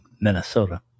Minnesota